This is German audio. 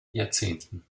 jahrzehnten